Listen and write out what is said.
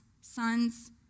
sons